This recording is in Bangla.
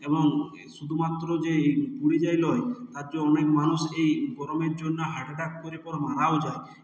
এবং এ শুধুমাত্র যে এই পুড়ে যায় নয় তার যে অনেক মানুষ এই গরমের জন্য হার্ট অ্যাটাক করে পর মারাও যায়